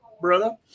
brother